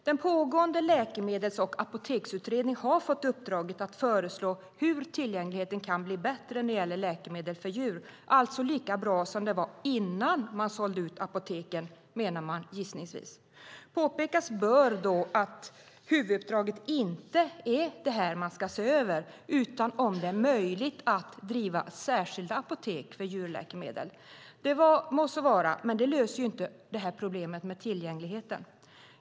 Den pågående läkemedels och apoteksutredningen har fått uppdraget att föreslå hur tillgängligheten kan bli bättre när det gäller läkemedel för djur. Man menar gissningsvis lika bra som det var innan apoteken såldes ut. Påpekas bör att huvuduppdraget inte är detta utan att man ska se över om det är möjligt att driva särskilda apotek för djurläkemedel. Det må så vara, men det löser inte problemet med tillgängligheten.